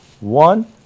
one